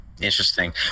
Interesting